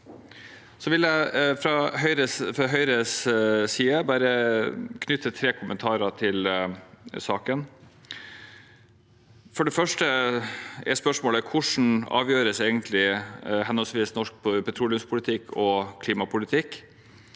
fra Høyres side knytte tre kommentarer til saken. For det første er spørsmålet: Hvordan avgjøres egentlig henholdsvis norsk petroleumspolitikk og klimapolitikk?